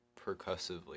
percussively